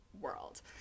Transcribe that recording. world